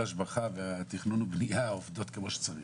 השבחה ותכנון ובנייה עובדות כמו שצריך.